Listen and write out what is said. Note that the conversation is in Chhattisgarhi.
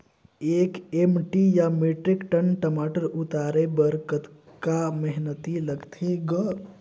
एक एम.टी या मीट्रिक टन टमाटर उतारे बर कतका मेहनती लगथे ग?